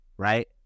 Right